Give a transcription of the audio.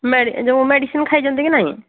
ଯୋଉ ମେଡିସିନ ଖାଇଛନ୍ତି କି ନାହିଁ